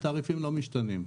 התעריפים לא משתים.